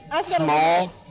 small